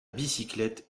bicyclette